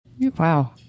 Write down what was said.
Wow